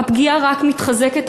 והפגיעה רק מתחזקת,